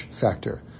factor